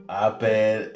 iPad